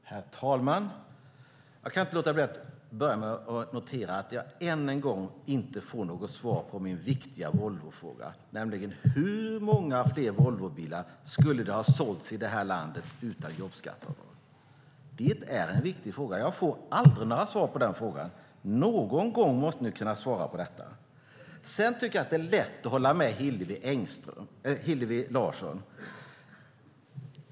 Herr talman! Jag kan inte låta bli att börja med att notera att jag än en gång inte fått något svar på min viktiga Volvofråga, nämligen hur många fler Volvobilar det skulle ha sålts i det här landet utan jobbskatteavdraget. Det är en viktig fråga. Jag får aldrig något svar på den. Någon gång måste ni kunna svara på den. Sedan tycker jag att det är lätt att hålla med Hillevi Larsson.